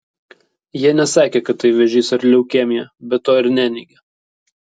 jie nesakė kad tai vėžys ar leukemija bet to ir neneigė